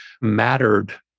mattered